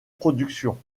productions